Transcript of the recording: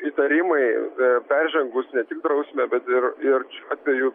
įtarimai peržengus ne tik drausmę bet ir ir šiuo atveju